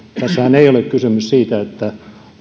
tässähän ei ole kysymys siitä että